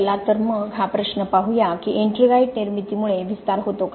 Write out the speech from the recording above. चला तर मग हा प्रश्न पाहू या की एट्रिंगाईट निर्मितीमुळे विस्तार होतो का